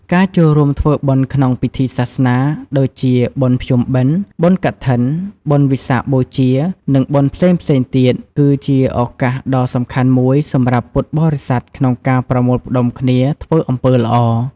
ការចូលរួមធ្វើបុណ្យក្នុងពិធីសាសនា ដូចជា បុណ្យភ្ជុំបិណ្ឌ បុណ្យកឋិន បុណ្យវិសាខបូជា និងបុណ្យផ្សេងៗទៀត គឺជាឱកាសដ៏សំខាន់មួយសម្រាប់ពុទ្ធបរិស័ទក្នុងការប្រមូលផ្ដុំគ្នាធ្វើអំពើល្អ។